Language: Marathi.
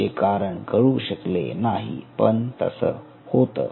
त्याचे कारण कळू शकले नाही पण तसं होते